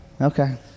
okay